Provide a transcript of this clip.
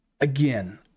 again